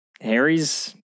Harry's